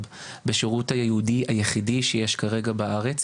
בשירות הייעודי הייחודי שכרגע ישנו בארץ,